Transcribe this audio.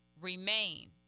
remain